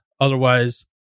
otherwise